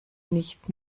nicht